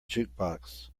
jukebox